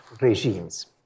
regimes